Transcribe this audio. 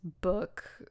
book